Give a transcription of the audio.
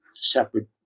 separate